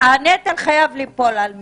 הנטל חייב ליפול על מישהו,